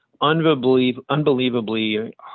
unbelievably